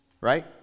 right